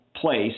place